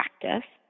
practice